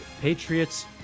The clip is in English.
Patriots